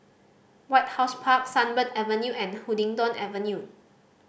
White House Park Sunbird Avenue and Huddington Avenue